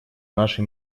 наши